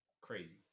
Crazy